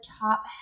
top